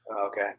Okay